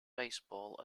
baseball